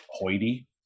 hoity